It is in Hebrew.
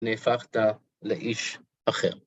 נהפכת לאיש אחר.